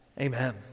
Amen